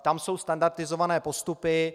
Tam jsou standardizované postupy.